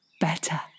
better